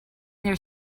their